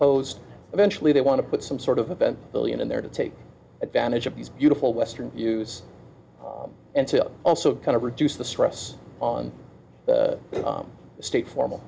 close eventually they want to put some sort of event billion in there to take advantage of these beautiful western views and to also kind of reduce the stress on the state formal